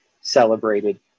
celebrated